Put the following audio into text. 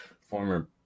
former